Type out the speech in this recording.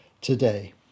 today